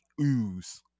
ooze